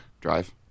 drive